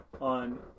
on